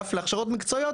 האגף להכשרות מקצועיות,